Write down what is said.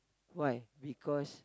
why because